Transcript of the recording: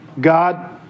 God